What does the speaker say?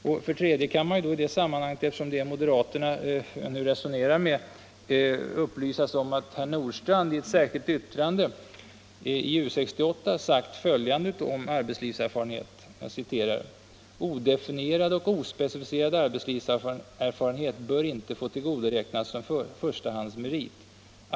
För det tredje — eftersom det är moderaterna jag resonerar med — kan upplysas om att herr Nordstrandh i ett särskilt yttrande i U 68 sagt följande om arbetslivserfarenhet: ”Odefinierad och ospecificerad arbetslivserfarenhet bör inte få tillgodoräknas som förstahandsmerit.